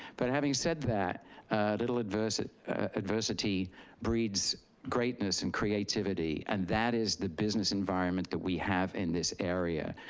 but having said that, a little adversity adversity breeds greatness and creativity, and that is the business environment that we have in this area.